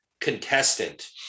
contestant